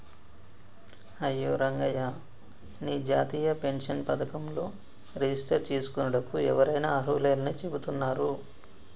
అయ్యో రంగయ్య నీ జాతీయ పెన్షన్ పథకంలో రిజిస్టర్ చేసుకోనుటకు ఎవరైనా అర్హులేనని చెబుతున్నారు